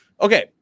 Okay